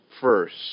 first